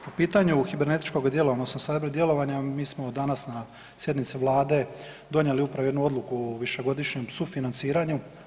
Po pitanju kibernetičkog djelovanja odnosno cyber djelovanja, mi smo danas na sjednici vlade donijeli upravo jednu odluku o višegodišnjem sufinanciranju.